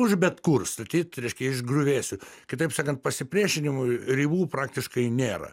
už bet kur statyt reiškia iš griuvėsių kitaip sakant pasipriešinimui ribų praktiškai nėra